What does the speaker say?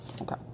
Okay